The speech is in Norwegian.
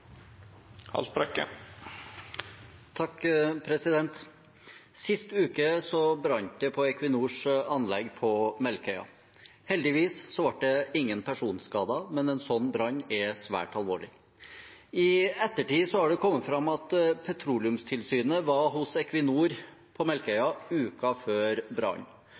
Sist uke brant det på Equinors anlegg på Melkøya. Heldigvis ble det ingen personskader, men en slik brann er svært alvorlig. I ettertid har det kommet fram at Petroleumstilsynet var hos Equinor på Melkøya uken før